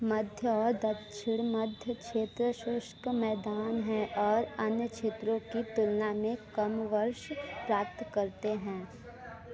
मध्य दक्षिण मध्य क्षेत्र शुष्क मैदान हैं और अन्य क्षेत्रों की तुलना में कम वर्ष प्राप्त करते हैं